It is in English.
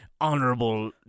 honorable